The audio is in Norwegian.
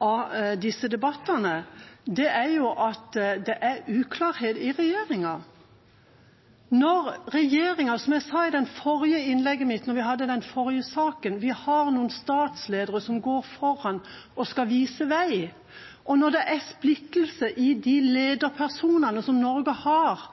av disse debattene, er at det er uklarhet i regjeringa. Som jeg sa i det forrige innlegget mitt under den forrige saken: Vi har noen statsledere som går foran og skal vise vei, og når det er splittelse blant lederpersonene som Norge har